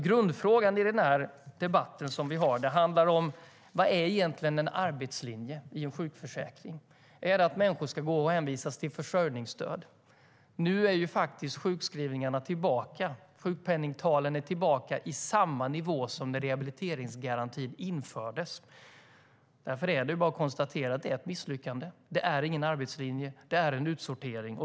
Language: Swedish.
Grundfrågan i den här debatten är: Vad är egentligen en arbetslinje i en sjukförsäkring? Är det att människor ska hänvisas till försörjningsstöd? Nu är sjukpenningtalen tillbaka på samma nivå som när rehabiliteringsgarantin infördes. Därför är det bara att konstatera att det är ett misslyckande. Det är ingen arbetslinje. Det är en utsortering.